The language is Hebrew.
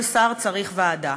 כל שר צריך ועדה.